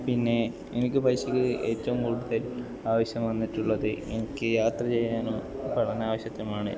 പിന്നെ എനിക്ക് പൈസക്ക് ഏറ്റവും കൂടുതൽ ആവശ്യം വന്നിട്ടുള്ളത് എനിക്ക് യാത്ര ചെയ്യാനോ പഠനാവശ്യത്തിനുമാണ്